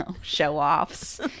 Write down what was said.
Show-offs